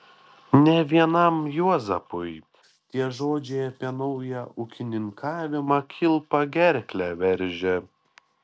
ne vienam juozapui tie žodžiai apie naują ūkininkavimą kilpa gerklę veržė